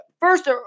first